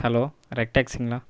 hello red டேக்ஸிங்களா